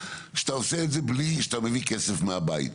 כשאתה עושה את זה בלי שאתה מבין כסף מהבית.